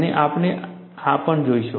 અને આપણે આ પણ જોઈશું